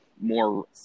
more